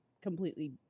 completely